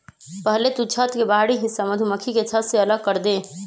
पहले तु छत्त के बाहरी हिस्सा मधुमक्खी के छत्त से अलग करदे